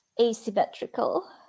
Asymmetrical